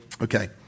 Okay